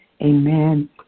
amen